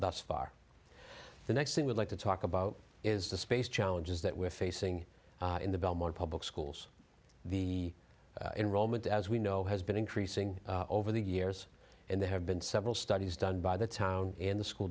thus far the next thing we'd like to talk about is the space challenges that we're facing in the belmore public schools the enrollment as we know has been increasing over the years and there have been several studies done by the town and the school